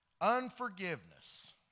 unforgiveness